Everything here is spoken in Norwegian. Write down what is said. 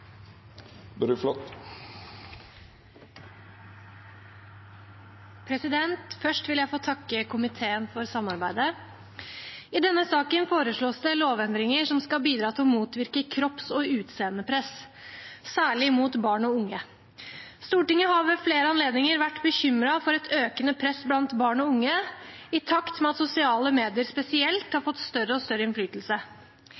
minutt. Først vil jeg få takke komiteen for samarbeidet. I denne saken foreslås det lovendringer som skal bidra til å motvirke kropps- og utseendepress, særlig mot barn og unge. Stortinget har ved flere anledninger vært bekymret for et økende press blant barn og unge i takt med at spesielt sosiale medier